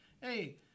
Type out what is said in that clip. hey